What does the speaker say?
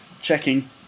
checking